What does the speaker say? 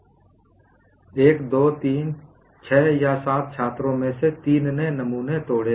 1 2 3 6 या 7 छात्रों में से 3 ने नमूने तोड़े हैं